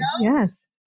Yes